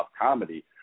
comedy